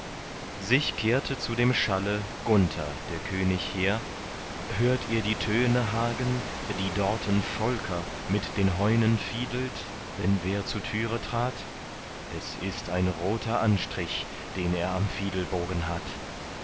sich kehrte zu dem schalle gunther der könig hehr hört ihr die töne hagen die dorten volker mit den heunen fiedelt wenn wer zur türe trat es ist ein roter anstrich den er am fiedelbogen hat